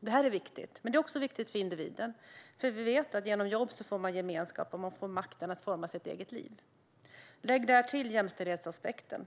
Detta är viktigt. Men det är också viktigt för individen. Vi vet att genom jobb får man gemenskap och makten att forma sitt eget liv. Lägg därtill jämställdhetsaspekten.